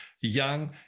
young